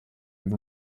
uzwi